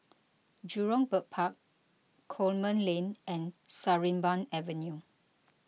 Jurong Bird Park Coleman Lane and Sarimbun Avenue